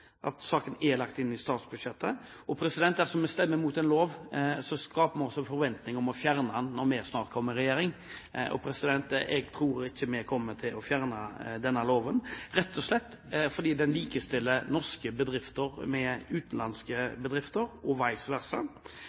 at saken er lagt inn i statsbudsjettet. Dersom vi stemmer imot en lov, skaper vi også en forventning om å fjerne den når vi snart kommer i regjering. Men jeg tror ikke vi kommer til å fjerne denne loven, rett og slett fordi den likestiller norske bedrifter med utenlandske bedrifter og